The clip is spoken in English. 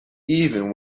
even